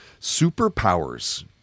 Superpowers